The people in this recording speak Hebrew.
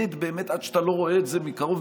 עד שאתה לא רואה את זה מקרוב,